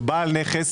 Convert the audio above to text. שבעל נכס